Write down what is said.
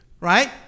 Right